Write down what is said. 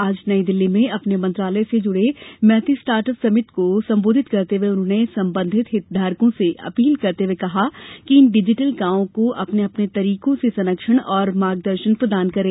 आज नई दिल्ली में अपने मंत्रालय से जुड़े मैती स्टार्ट अप समिट को संबोधित करते हुए उन्होंने संबंधित हितधारकों से अपील करते हुए कहा कि इन डिजिटल गांवों को अपने अपने तरीके से संरक्षण और मार्गदर्शन प्रदान करें